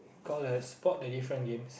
call a support the different games